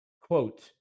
quote